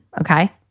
okay